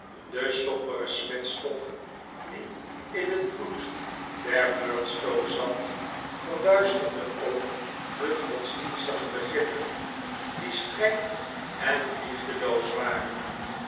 de sombere smetstof die in het bloed der murdstone's zat verduisterde ook hun godsdienstige begrippen die streng en liefdeloos waren